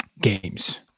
games